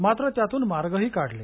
मात्र त्यातून मार्गही काढले